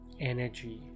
energy